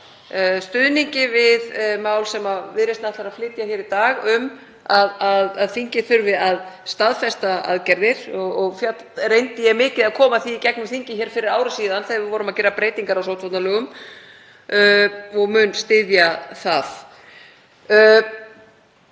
stuðningi við mál sem Viðreisn ætlar að flytja hér í dag um að þingið þurfi að staðfesta aðgerðir. Ég reyndi mikið að koma því í gegnum þingið fyrir ári þegar við vorum að gera breytingar á sóttvarnalögum og mun styðja það.